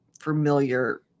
familiar